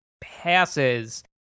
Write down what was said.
passes